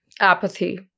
Apathy